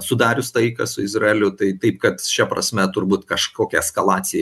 sudarius taiką su izraeliu tai taip kad šia prasme turbūt kažkokia eskalacija